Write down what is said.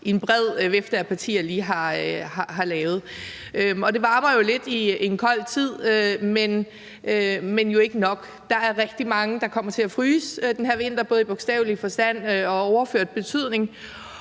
en bred vifte af partier lige har lavet. Og det varmer jo lidt i en kold tid, men jo ikke nok. Der er rigtig mange, der kommer til at fryse den her vinter både i bogstavelig forstand og i overført betydning.